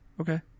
Okay